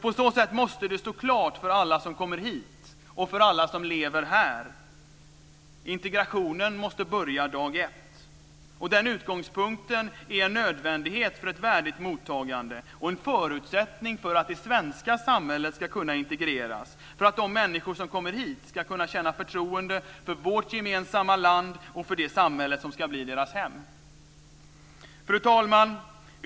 På så sätt måste det stå klart för alla som kommer hit och för alla som lever här: Integrationen måste börja dag ett. Den utgångspunkten är en nödvändighet för ett värdigt mottagande och en förutsättning för att det svenska samhället ska kunna integreras, för att de människor som kommer hit ska kunna känna förtroende för vårt gemensamma land och för det samhälle som ska bli deras hem. Fru talman!